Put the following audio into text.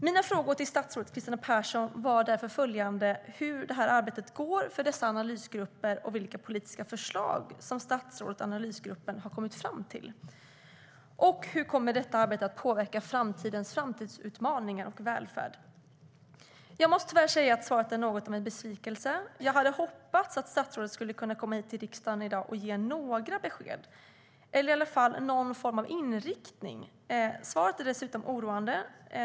Mina frågor till statsrådet Kristina Persson var därför följande: Hur går arbetet för dessa analysgrupper, och vilka politiska förslag har statsrådet och analysgrupperna kommit fram till? Och hur kommer detta arbete att påverka framtidens välfärd och framtidsutmaningarna? Jag måste tyvärr säga att svaret är något av en besvikelse. Jag hade hoppats att statsrådet skulle kunna komma hit till riksdagen i dag och ge några besked, eller i alla fall någon form av inriktning. Svaret är dessutom oroande.